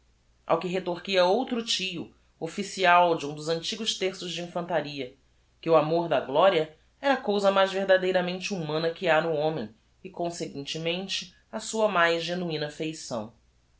ao que retorquia outro tio official de um dos antigos terços de infantaria que o amor da gloria era a cousa mais verdadeiramente humana que ha no homem e conseguintemente a sua mais genuina feição